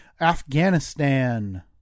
Afghanistan